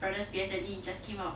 brother's P_S_L_E just came out